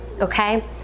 okay